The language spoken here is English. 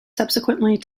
subsequently